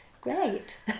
great